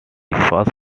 first